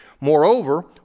Moreover